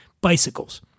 bicycles